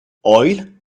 oil